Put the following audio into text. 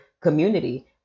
community